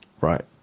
Right